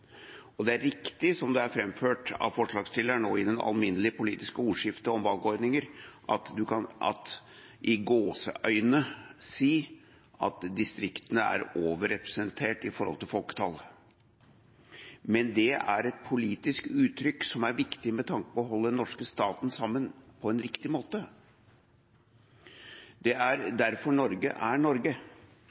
og i det alminnelige politiske ordskiftet om valgordninger, at en kan si at distriktene er «overrepresentert i forhold til folketallet», men det er et politisk uttrykk som er viktig med tanke på å holde den norske staten sammen på en riktig måte. Det er derfor Norge er Norge.